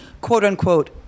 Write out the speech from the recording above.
quote-unquote